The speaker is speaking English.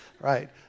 right